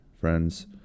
friends